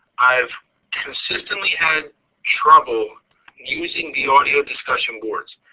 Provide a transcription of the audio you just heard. i have consistently had trouble using the audio discussion boards.